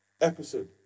episode